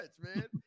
man